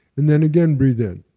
and then again, breathe in.